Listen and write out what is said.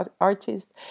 artist